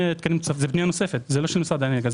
זו פנייה נוספת, לא של משרד האנרגיה.